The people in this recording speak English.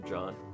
John